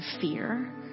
fear